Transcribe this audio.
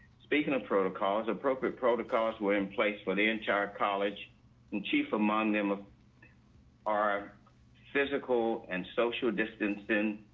speaking of protocols, appropriate protocols were in place for the entire college and chief among them are physical and social distancing,